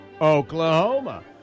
Oklahoma